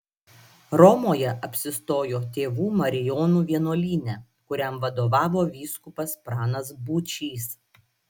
romoje apsistojo tėvų marijonų vienuolyne kuriam vadovavo vyskupas pranas būčys